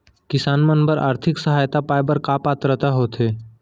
किसान मन बर आर्थिक सहायता पाय बर का पात्रता होथे?